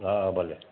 हा भले